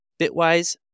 Bitwise